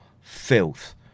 filth